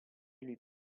lui